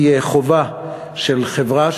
היא חובה של חברה,